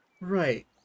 Right